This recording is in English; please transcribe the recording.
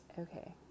Okay